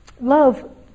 love